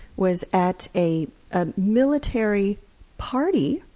was at a ah military party,